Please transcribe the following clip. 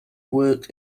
work